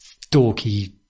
dorky